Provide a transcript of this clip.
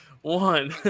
one